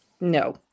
No